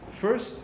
first